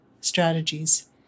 strategies